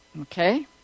Okay